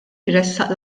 jressaq